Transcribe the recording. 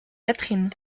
latrines